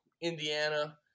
indiana